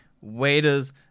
waiters